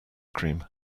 cream